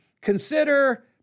consider